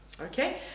Okay